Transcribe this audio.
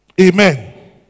Amen